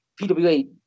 PWA